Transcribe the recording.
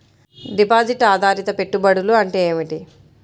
Deposit ఆధారిత పెట్టుబడులు అంటే ఏమిటి?